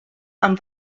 amb